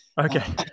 okay